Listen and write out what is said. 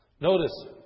Notice